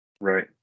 right